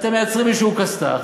אתם מייצרים איזה כסת"ח,